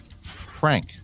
Frank